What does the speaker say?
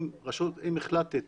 אם החלטת